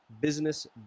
business